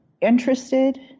interested